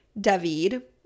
David